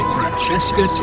Francesca